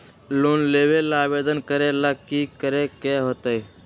Loan लेबे ला आवेदन करे ला कि करे के होतइ?